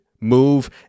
move